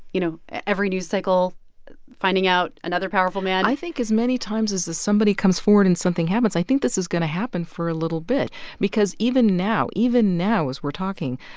you know every news cycle finding out another powerful man. i think as many times as somebody comes forward and something happens, i think this is going to happen for a little bit because even now even now as we're talking,